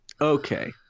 Okay